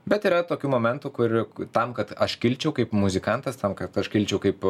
bet yra tokių momentų kur tam kad aš kilčiau kaip muzikantas tam kad aš kilčiau kaip